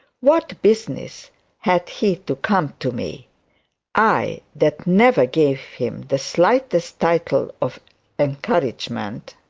what business had he to come to me i that never gave him the slightest tittle of encouragement